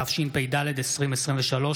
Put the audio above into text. התשפ"ד 2023,